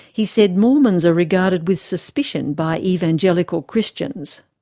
he said mormons are regarded with suspicion by evangelical christians.